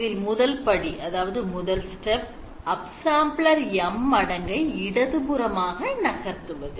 இதில் முதல் படி uppsampler M மடங்கு ஐ இடது புறமாக நகர்த்துவது